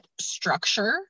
structure